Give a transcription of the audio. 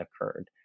occurred